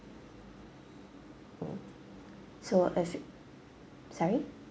oh so as it sorry